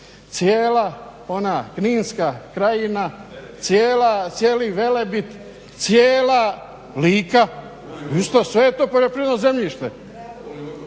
cijela ona Kninska krajina, cijeli Velebit, cijela Lika isto sve je to poljoprivredno zemljište.